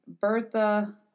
Bertha